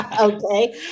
Okay